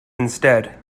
instead